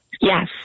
Yes